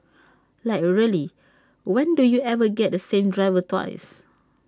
like really when do you ever get the same driver twice